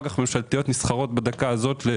אג"ח ממשלתיות נסחרות בדקה הזאת,